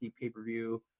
pay-per-view